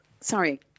Sorry